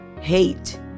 hate